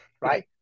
right